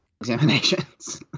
examinations